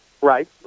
right